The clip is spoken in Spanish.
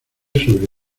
sobre